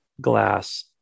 glass